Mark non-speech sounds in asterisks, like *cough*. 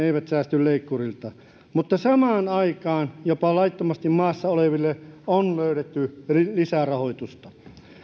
*unintelligible* eivät säästy leikkurilta mutta samaan aikaan jopa laittomasti maassa oleville on löydetty lisärahoitusta